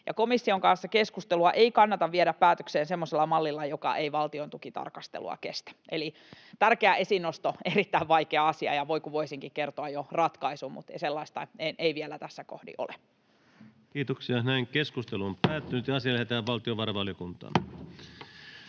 komission kanssa keskustelua ei kannata viedä päätökseen semmoisella mallilla, joka ei valtiontukitarkastelua kestä. Eli tärkeä esiinnosto ja erittäin vaikea asia, ja voi kun voisinkin kertoa jo ratkaisun, mutta sellaista ei vielä tässä kohdin ole. Lähetekeskustelua varten esitellään päiväjärjestyksen